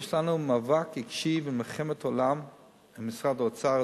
יש לנו מאבק עיקש ומלחמת עולם עם משרד האוצר.